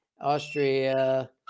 Austria